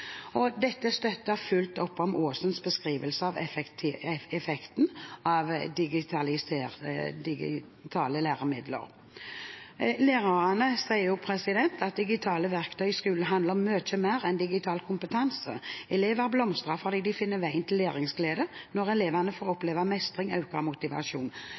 Dette støtter fullt opp om Aasens beskrivelse av effekten av digitale læremidler. Lærerne sier også at digitale verktøy i skolen handler om mye mer enn digital kompetanse. Elever blomstrer fordi de finner veien til læringsglede. Når elevene får